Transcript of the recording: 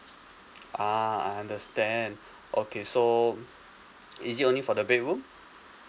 ah I understand okay so is it only for the bedroom